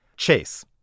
Chase